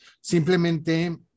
Simplemente